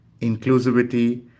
inclusivity